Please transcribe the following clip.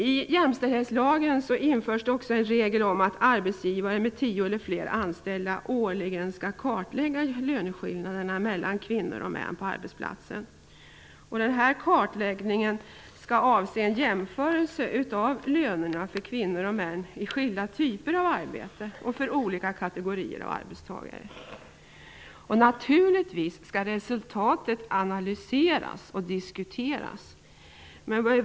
I jämställdhetslagen införs det också en regel om att arbetsgivare med tio eller fler anställda årligen skall kartlägga löneskillnaderna mellan kvinnor och män på arbetsplatsen. Kartläggningen skall avse en jämförelse av lönerna för kvinnor och män i skilda typer av arbete och för olika kategorier av arbetstagare. Naturligtvis skall resultatet analyseras och diskuteras.